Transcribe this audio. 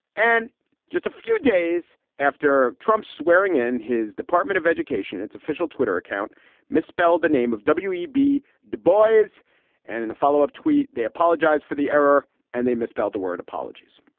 and just a few days after trump's swearing in, his department of education, its official twitter account misspelled the name of w e b. dubois. and in a follow up tweet, they apologize for the error and they misspelled the word apologies.